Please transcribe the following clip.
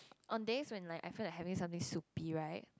on days when I effort and having soupy right